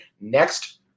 next